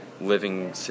living